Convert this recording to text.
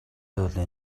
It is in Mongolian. зөөлөн